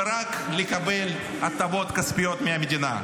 ורק לקבל הטבות מהמדינה.